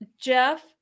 Jeff